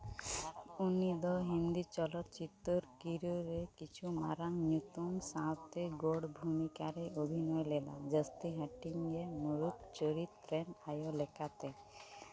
ᱩᱱᱤ ᱫᱚ ᱦᱤᱱᱫᱤ ᱪᱚᱞᱚᱛ ᱪᱤᱛᱟᱹᱨ ᱠᱤᱨᱟᱹ ᱨᱮ ᱠᱤᱪᱷᱩ ᱢᱟᱨᱟᱝ ᱧᱩᱛᱩᱢ ᱥᱟᱶᱛᱮ ᱜᱚᱲᱵᱷᱩᱢᱤᱠᱟ ᱨᱮ ᱚᱵᱷᱤᱱᱚᱭ ᱞᱮᱫᱟᱭ ᱡᱟᱹᱥᱛᱤ ᱦᱟᱹᱴᱤᱧ ᱜᱮ ᱢᱩᱬᱩᱫ ᱪᱚᱨᱤᱛ ᱨᱮᱱ ᱟᱭᱳ ᱞᱮᱠᱟᱛᱮ